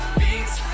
beats